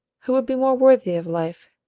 who would be more worthy of life,